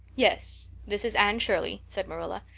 yes, this is anne shirley, said marilla.